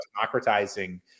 democratizing